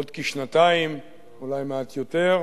עוד כשנתיים, אולי מעט יותר,